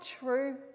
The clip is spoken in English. true